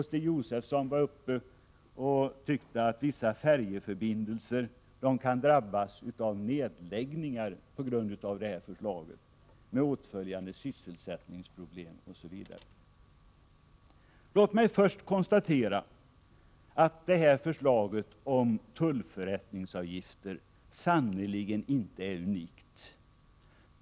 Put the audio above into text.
Stig Josefson sade att vissa färjeförbindelser kan drabbas av nedläggningar med åtföljande sysselsättningsproblem på grund av det här förslaget. Låt mig först konstatera att förslaget om tullförrättningsavgifter sannerligen inte är unikt.